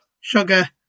sugar